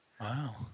Wow